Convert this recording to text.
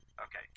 okay